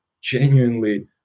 genuinely